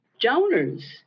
donors